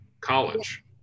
college